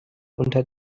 unter